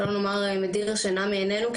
שלא לומר מדיר שינה מעינינו,